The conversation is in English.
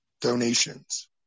donations